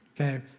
okay